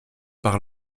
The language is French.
par